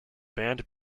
band